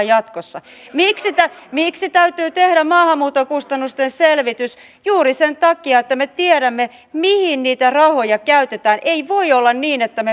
jatkossa miksi täytyy tehdä maahanmuuton kustannusten selvitys juuri sen takia että me tiedämme mihin niitä rahoja käytetään ei voi olla niin että